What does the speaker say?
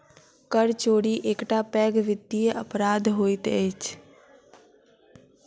कर चोरी एकटा पैघ वित्तीय अपराध होइत अछि